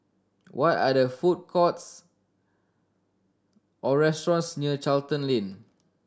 what are the food courts or restaurants near Charlton Lane